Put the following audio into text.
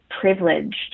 privileged